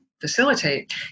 facilitate